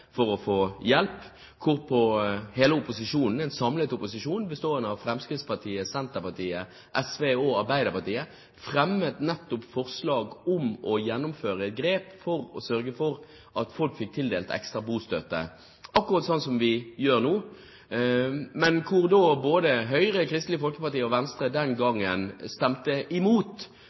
for å få hjelp, hvorpå en samlet opposisjon, bestående av Fremskrittspartiet, Senterpartiet, SV og Arbeiderpartiet, fremmet forslag nettopp om å gjennomføre grep for å sørge for at folk fikk tildelt ekstra bostøtte, akkurat slik som vi gjør nå. Men den gangen stemte både Høyre, Kristelig Folkeparti og Venstre